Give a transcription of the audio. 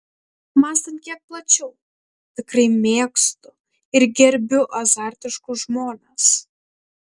mąstant kiek plačiau tikrai mėgstu ir gerbiu azartiškus žmones